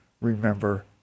remember